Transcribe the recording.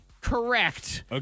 correct